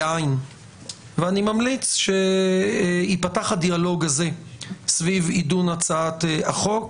ואני ממליץ שייפתח הדיאלוג הזה סביב עידון הצעת החוק.